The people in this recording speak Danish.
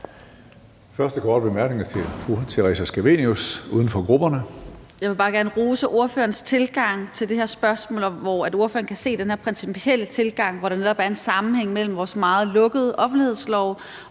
første korte bemærkning er til fru Theresa Scavenius, uden for grupperne. Kl. 14:22 Theresa Scavenius (UFG): Jeg vil bare gerne rose ordførerens tilgang til det her spørgsmål, altså at ordføreren kan se det her principielle med, at der netop er en sammenhæng mellem vores meget lukkede offentlighedslov